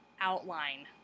outline